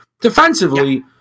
Defensively